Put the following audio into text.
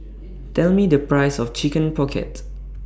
Tell Me The Price of Chicken Pocket